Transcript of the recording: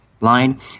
line